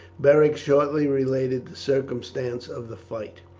beric shortly related the circumstances of the fight.